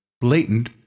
blatant